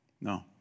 No